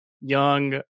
young